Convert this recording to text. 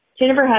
Jennifer